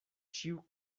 ĉiu